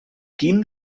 quin